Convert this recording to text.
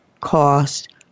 cost